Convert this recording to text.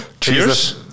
Cheers